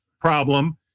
problem